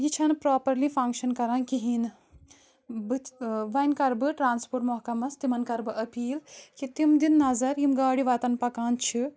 یہِ چھَنہٕ properly function کَران کِہیٖنۍ نہٕ بہٕ وَنۍ کَرٕ بہٕ ٹرٛانَسپوٹ محکَمَس تِمَن کَرٕ بہٕ أپیٖل کہِ تِم دِن نَظَر یِم گاڑِ وَتَن پَکان چھِ